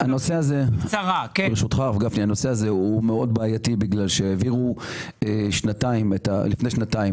הנושא הזה בעייתי מאוד בגלל שהעבירו לפני שנתיים